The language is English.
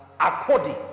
according